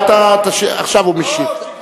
עכשיו הוא משיב.